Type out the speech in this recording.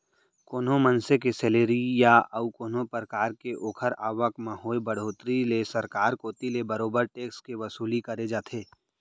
कोनो मनसे के सेलरी या अउ कोनो परकार के ओखर आवक म होय बड़होत्तरी ले सरकार कोती ले बरोबर टेक्स के वसूली करे जाथे